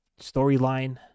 storyline